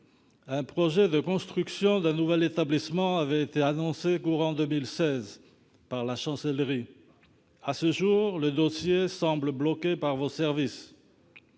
Un projet de construction d'un nouvel établissement avait été annoncé dans le courant de l'année 2016 par la Chancellerie. À ce jour, le dossier semble bloqué par vos services.